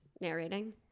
narrating